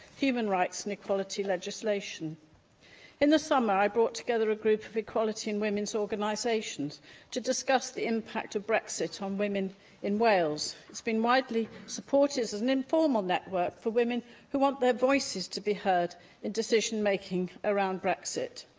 human rights and equalities legislation in the summer, i brought together a group of equality and women's organisations to discuss the impact of brexit on women in wales. it's been widely supported as an informal network for women who want their voices to be heard in decision making around brexit.